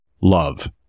Love